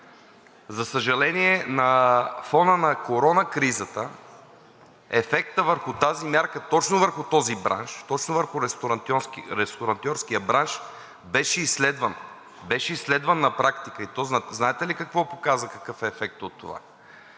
За съжаление, на фона на корона кризата ефектът върху тази мярка точно върху този бранш, точно върху ресторантьорския бранш, беше изследван на практика. И знаете ли какво показа, какъв е ефектът от това